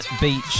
Beach